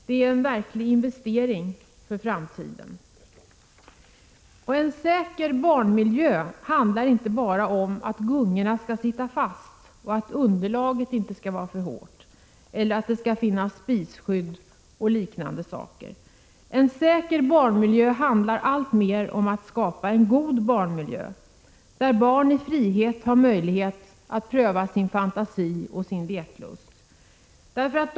Det är en verklig investering för framtiden. En säker barnmiljö handlar inte bara om att gungorna skall sitta fast och att underlaget inte skall vara för hårt eller att det skall finnas spisskydd och liknande saker. Att skapa en säker barnmiljö handlar alltmer om att skapa en god barnmiljö, där barn har möjlighet att i frihet pröva sin fantasi och sin leklust.